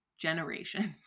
generations